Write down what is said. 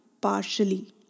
partially